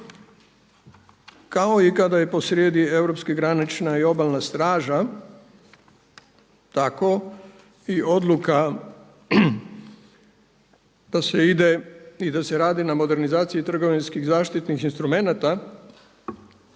kao i kada je posrijedi Europska granična i obalna straža tako i odluka da se ide i da se radi na modernizaciji trgovinskih zaštitnih instrumenata,